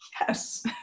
Yes